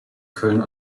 köln